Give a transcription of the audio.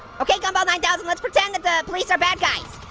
okay, gumball nine thousand, let's pretend that the police are bad guys.